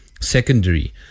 secondary